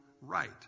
right